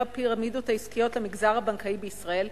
הפירמידות העסקיות למגזר הבנקאי בישראל,